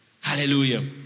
Hallelujah